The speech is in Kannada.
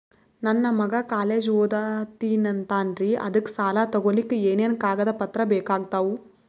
ನನ್ನ ಮಗ ಕಾಲೇಜ್ ಓದತಿನಿಂತಾನ್ರಿ ಅದಕ ಸಾಲಾ ತೊಗೊಲಿಕ ಎನೆನ ಕಾಗದ ಪತ್ರ ಬೇಕಾಗ್ತಾವು?